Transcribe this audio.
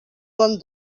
bon